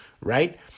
right